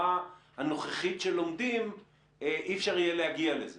הנוכחית שלומדים אי-אפשר יהיה להגיע לזה